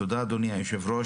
תודה, אדוני היושב-ראש,